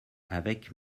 avec